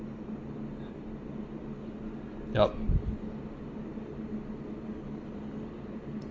yup